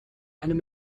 einem